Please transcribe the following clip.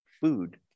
food